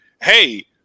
hey